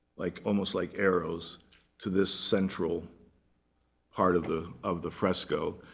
like almost like arrows to this central part of the of the frescoe.